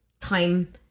time